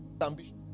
ambition